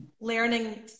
learning